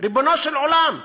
ריבונו של עולם.